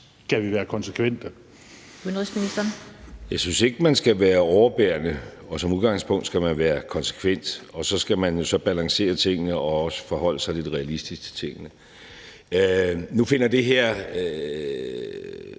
skal vi være konsekvente?